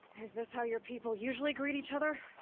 is this how your people usually greet each other?